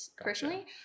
personally